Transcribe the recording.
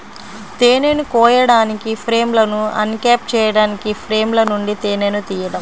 తేనెను కోయడానికి, ఫ్రేమ్లను అన్క్యాప్ చేయడానికి ఫ్రేమ్ల నుండి తేనెను తీయడం